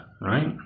right